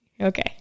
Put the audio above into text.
Okay